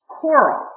coral